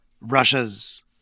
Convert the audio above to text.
Russia's